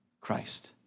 Christ